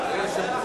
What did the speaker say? אולי אפשר להביא